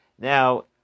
Now